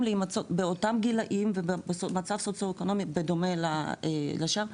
להימצא באותם גילאים ובמצב סוציו אקונומי בדומה לשאר,